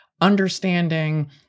understanding